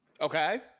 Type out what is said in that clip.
okay